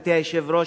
גברתי היושבת-ראש,